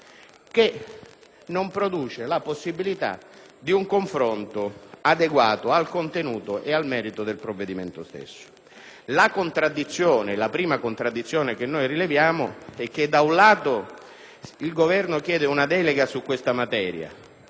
quale non produce la possibilità di un confronto adeguato al contenuto e al merito del provvedimento stesso. La prima contraddizione che rileviamo è che, da un lato, il Governo chiede una delega su questa materia,